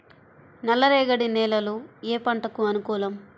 నల్ల రేగడి నేలలు ఏ పంటకు అనుకూలం?